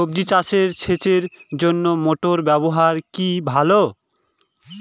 সবজি চাষে সেচের জন্য মোটর ব্যবহার কি ভালো?